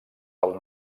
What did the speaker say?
dels